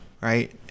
right